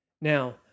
Now